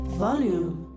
volume